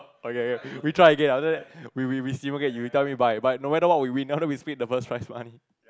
okay okay we try again then after that we we we see you tell me by by no matter what we win then we split the first prize money